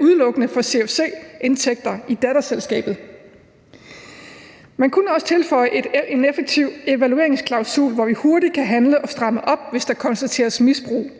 udelukkende for CFC-indtægter i datterselskabet. Man kunne også tilføje en effektiv evalueringsklausul, hvor vi hurtigt kan handle og stramme op, hvis der konstateres misbrug.